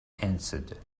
answered